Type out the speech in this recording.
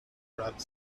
grabbed